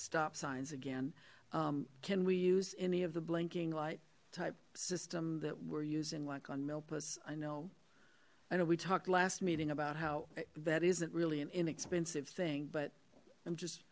stop signs again can we use any of the blinking light type system that we're using like on milpas i know i know we talked last meeting about how that isn't really an inexpensive thing but i'm just